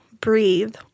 breathe